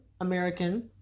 American